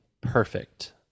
perfect